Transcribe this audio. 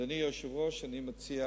אדוני היושב-ראש, אני מציע